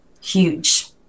Huge